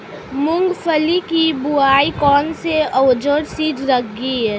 मूंगफली की बुआई कौनसे औज़ार से की जाती है?